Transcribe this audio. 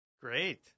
Great